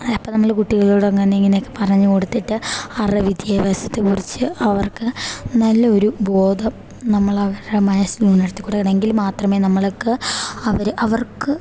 അപ്പം നമ്മൾ കുട്ടികളോട് അങ്ങനെ ഇങ്ങനെ ഒക്കെ പറഞ്ഞു കൊടുത്തിട്ട് അവരുടെ വിദ്യഭ്യാസത്തെ കുറിച്ച് അവർക്ക് നല്ലൊരു ബോധം നമ്മളവരുടെ മനസ്സിനുണർത്തി കൊണ്ടു വരണം എങ്കിൽ മാത്രമേ നമ്മൾക്ക് അവർ അവർക്ക്